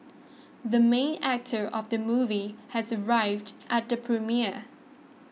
the main actor of the movie has arrived at the premiere